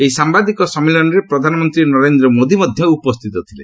ଏହି ସାମ୍ଭାଦିକ ସମ୍ମିଳନୀରେ ପ୍ରଧାନମନ୍ତ୍ରୀ ନରେନ୍ଦ୍ର ମୋଦି ମଧ୍ୟ ଉପସ୍ଥିତ ଥିଲେ